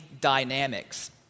dynamics